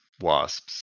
wasps